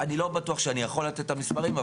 אני לא בטוח שאני יכול לתת מספרים,